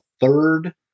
third